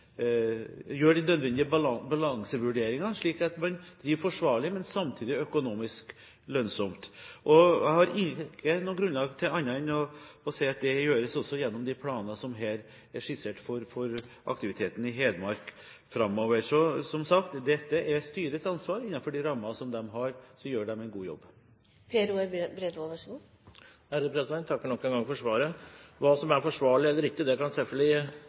nødvendige balansevurderinger, slik at man altså driver forsvarlig, men samtidig økonomisk lønnsomt. Jeg har ikke grunnlag for å si noe annet enn at det også gjøres gjennom de planer som her er skissert for aktiviteten i Hedmark framover. Så, som sagt: Dette er styrets ansvar, og innenfor de rammer som de har, gjør de en god jobb. Jeg takker nok en gang for svaret. Hva som er forsvarlig eller ikke, kan selvfølgelig